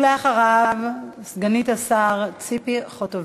בבקשה, ואחריו, סגנית השר ציפי חוטובלי.